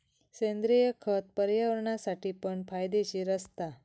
सेंद्रिय खत पर्यावरणासाठी पण फायदेशीर असता